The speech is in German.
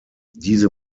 diese